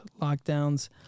lockdowns